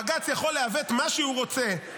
בג"ץ יכול לעוות מה שהוא רוצה,